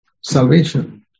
salvation